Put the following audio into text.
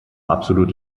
absolut